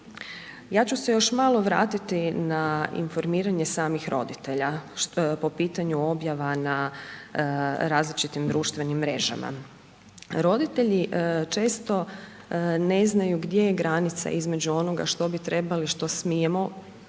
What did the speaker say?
Ja ću se još malo vratiti na informiranje samih roditelja po pitanju objava na različitim društvenim mrežama. Roditelji često ne znaju gdje je granica između onoga što bi trebali, što smijemo